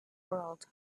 world